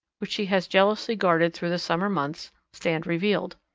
which she has jealously guarded through the summer months, stand revealed.